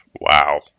Wow